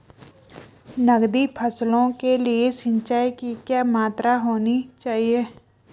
नकदी फसलों के लिए सिंचाई की क्या मात्रा होनी चाहिए?